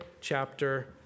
chapter